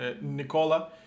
Nicola